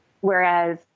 whereas